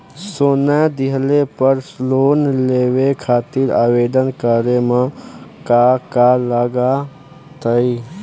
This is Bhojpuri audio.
सोना दिहले पर लोन लेवे खातिर आवेदन करे म का का लगा तऽ?